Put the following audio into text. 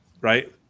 right